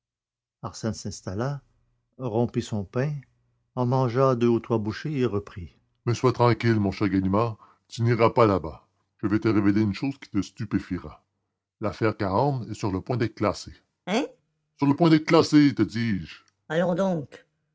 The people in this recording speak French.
s'installa rompit son pain en mangea deux ou trois bouchées et reprit mais soyez tranquille mon cher ganimard vous n'irez pas là-bas je vais vous révéler une chose qui vous stupéfiera l'affaire cahorn est sur le point d'être classée hein sur le point d'être classée vous dis-je allons donc